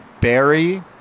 Barry